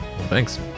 Thanks